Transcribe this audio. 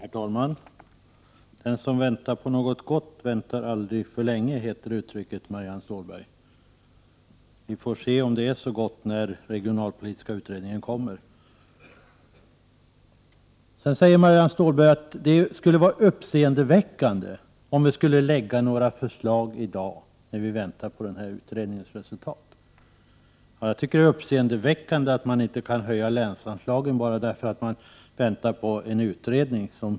Herr talman! Den som väntar på något gott väntar aldrig för länge, lyder uttrycket, Marianne Stålberg. Vi får se om det är så gott när den regionalpolitiska utredningen är klar. Marianne Stålberg säger att det skulle vara uppseendeväckande att lägga fram förslag i dag, när vi väntar på utredningens förslag. Jag tycker att det är uppseendeväckande att man inte kan höja länsanslagen bara därför att man väntar på en utredning.